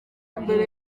imbere